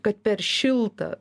kad per šilta